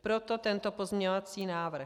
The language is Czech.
Proto tento pozměňovací návrh.